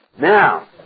Now